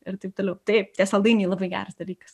ir taip toliau taip tie saldainiai labai geras dalykas